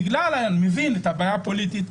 אני מבין את הבעיה הפוליטית,